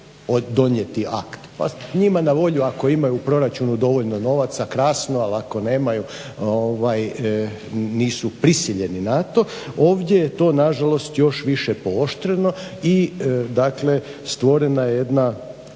donijeti akt pa njima na volju ako imaju u proračunu dovoljno novaca, krasno. Ali ako nemaju nisu prisiljeni na to. Ovdje je to nažalost još više pooštreno i dakle stvorena je jedna